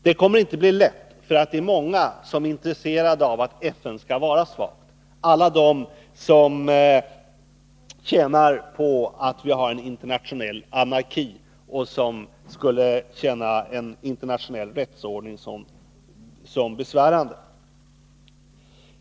Det kommer inte att bli lätt, för det är många som är intresserade av att FN skall vara svagt, t.ex. alla de som tjänar på att vi har en internationell anarki och som skulle uppleva en internationell rättsordning som besvärande.